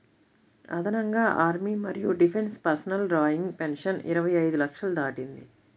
అదనంగా ఆర్మీ మరియు defence personnel drawing pension ఇరవై ఐదు లక్షలు దాటింది